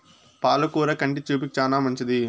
పాల కూర కంటి చూపుకు చానా మంచిది